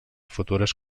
futures